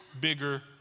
bigger